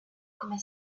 come